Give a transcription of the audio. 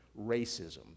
racism